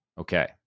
Okay